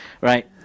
Right